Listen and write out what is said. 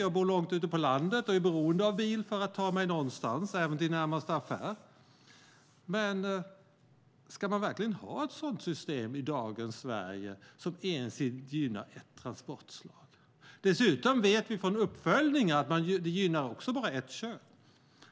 Jag bor långt ute på landet och är beroende av bil för att ta mig någonstans, även till närmaste affär. Men ska man verkligen ha ett system i dagens Sverige som ensidigt gynnar ett transportslag? Dessutom vet vi från uppföljningar att det också gynnar bara ett kön.